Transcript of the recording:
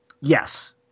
Yes